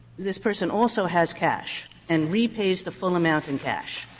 this person also has cash and repays the full amount in cash.